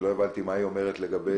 אבל לא הבנתי מה היא אמרה לגבי